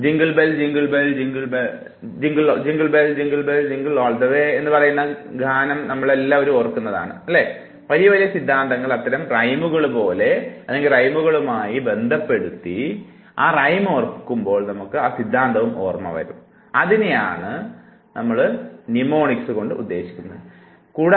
അതിനാൽ നിങ്ങൾ jingle bell jingle bell jingle all the way എന്നത് ഓർക്കുന്നുവെങ്കിൽ വലിയ വലിയ സിദ്ധാന്തങ്ങൾ അത്തരം റൈമുകളിലേക്ക് ഉൾപ്പെടുത്തുകയും കൂടാതെ ആ റൈം ഓർത്തെടുക്കുവാൻ കഴിയുകയും ചെയ്യുന്നു എന്തെന്നാൽ അദ്ദേഹം ഇതിനകം അത് മനഃപാഠമാക്കിയിരുന്നു ഇത്രമാത്രമേ നിങ്ങൾ ചെയ്യേണ്ടതായുള്ളൂ